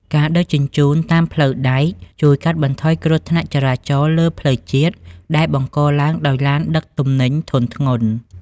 ការដឹកជញ្ជូនតាមផ្លូវដែកជួយកាត់បន្ថយគ្រោះថ្នាក់ចរាចរណ៍លើផ្លូវជាតិ ដែលបង្កឡើងដោយឡានដឹកទំនិញធុនធ្ងន់។